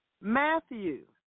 Matthew